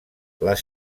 les